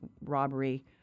robbery